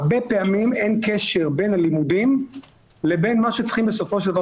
הרבה פעמים אין קשר בין הלימודים לבין מה שצריכים בסופו של דבר